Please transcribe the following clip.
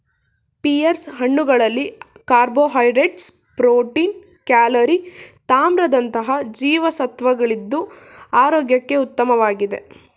pears ಹಣ್ಣುಗಳಲ್ಲಿ carbohydrates, protein, calorie ತಾಮ್ರದಂತಹ ಜೀವಸತ್ವಗಳಿದ್ದು ಆರೋಗ್ಯಕ್ಕೆ ಉತ್ತಮವಾಗಿದೆ